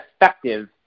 effective